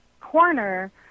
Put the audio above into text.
corner